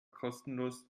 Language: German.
kostenlos